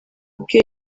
bwe